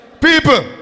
People